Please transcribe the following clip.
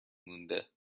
مونده